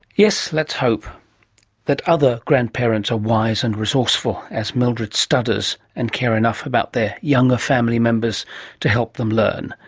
yes, let's hope that other grandparents are as wise and resourceful as mildred studders and care enough about their younger family members to help them learn.